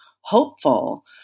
hopeful